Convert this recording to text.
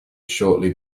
shortly